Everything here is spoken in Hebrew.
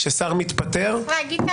צריך להגיד את